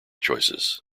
choices